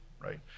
right